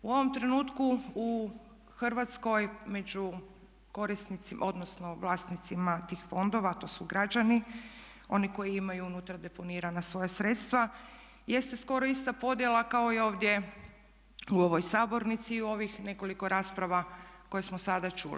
U ovom trenutku u Hrvatskoj među korisnicima, odnosno vlasnicima tih fondova a to su građani, oni koji imaju unutra deponirana svoja sredstva jeste skoro ista podjela kao i ovdje u ovoj sabornici i u ovih nekoliko rasprava koje smo sada čuli.